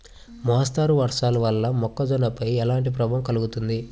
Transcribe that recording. మోస్తరు వర్షాలు వల్ల మొక్కజొన్నపై ఎలాంటి ప్రభావం కలుగుతుంది?